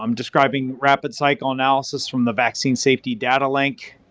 um describing rapid psychoanalysis from the vaccine safety data link,